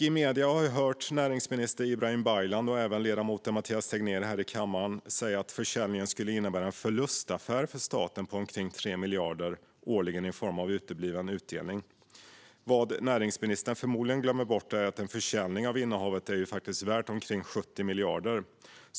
I medierna har vi hört näringsminister Ibrahim Baylan säga - och vi har även hört ledamoten Mathias Tegnér säga det här i kammaren - att försäljningen skulle innebära en förlustaffär för staten på omkring 3 miljarder årligen i form av utebliven utdelning. Vad näringsministern förmodligen glömmer bort är att en försäljning av innehavet är värt omkring 70 miljarder.